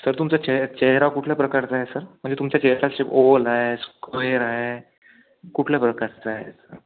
sir तुमचा चेह चेहरा कुठल्या प्रकारचा आहे सर म्हणजे तुमच्या चेहऱ्याचा शेप ओवल आहे स्क्वेअर आहे कुठल्या प्रकारचा आहे सर